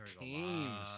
teams